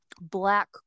black